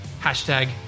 hashtag